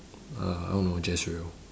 uh I don't know Jazrael